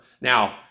Now